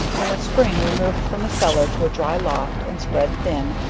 in the spring removed from the cellar to a dry loft, and spread thin,